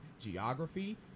geography